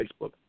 Facebook